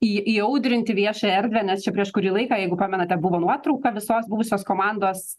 į įaudrinti viešąją erdvę nes čia prieš kurį laiką jeigu pamenate buvo nuotrauka visos buvusios komandos